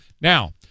Now